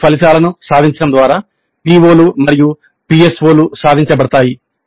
course ఫలితాలను సాధించడం ద్వారా PO లు మరియు PSO లు సాధించబడతాయి